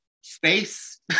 space